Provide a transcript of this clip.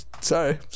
Sorry